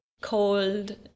cold